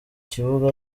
kibuga